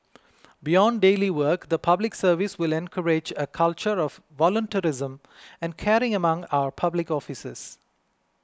beyond daily work the Public Service will encourage a culture of volunteerism and caring among our public officers